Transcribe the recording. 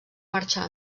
marxar